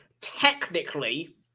technically